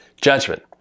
judgment